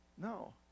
No